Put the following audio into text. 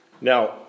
Now